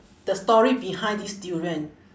the story behind this durian